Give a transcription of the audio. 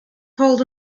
crawled